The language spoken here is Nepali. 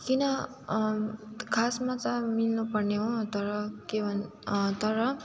किन खासमा त मिल्नुपर्ने हो तर के भन तर